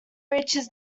reaches